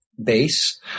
base